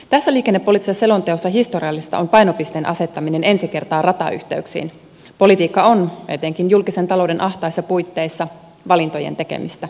tässä liikenne valitse selonteossa historiallista on painopisteen asettaminen ensi kertaa ratayhteyksiin politiikka on etenkin julkisen talouden ahtaissa puitteissa valintojen tekemistä